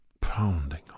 pounding